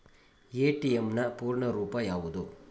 ATM ನ ಪೂರ್ಣ ರೂಪ ಯಾವುದು?